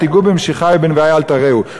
"אל תיגעו במשיחי ובנביאי אל תרעו".